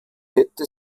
hätte